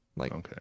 Okay